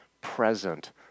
present